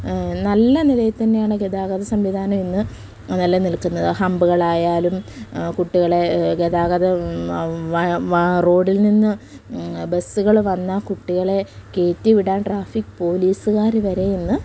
നല്ല നിലയിൽ തന്നെയാണ് ഗതാഗത സംവിധാനം ഇന്ന് നിലനിൽക്കുന്നത് ഹമ്പുകളായാലും കുട്ടികളെ ഗതാഗത റോഡിൽ നിന്ന് ബസ്സുകൾ വന്ന കുട്ടികളെ കയറ്റി വിടാൻ ട്രാഫിക് പോലീസ്കാർ വരെ ഇന്ന്